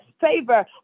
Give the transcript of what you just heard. favor